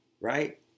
right